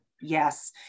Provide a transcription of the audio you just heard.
Yes